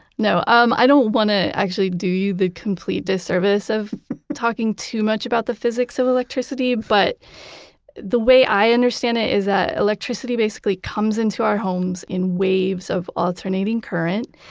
no, um i don't want to actually do you the complete disservice of talking too much about the physics of electricity, but the way i understand it is that electricity basically comes into our homes in waves of alternating current.